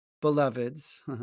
beloveds